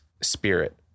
spirit